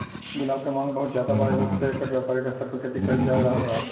गुलाब के मांग बहुत ज्यादा बा जेइसे एकर व्यापारिक स्तर पर खेती कईल जा रहल बा